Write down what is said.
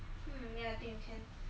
hmm ya I think you can